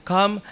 Come